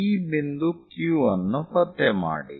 ಈ ಬಿಂದು Q ಅನ್ನು ಪತ್ತೆ ಮಾಡಿ